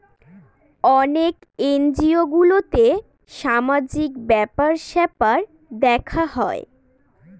অনেক এনজিও গুলোতে সামাজিক ব্যাপার স্যাপার দেখা হয়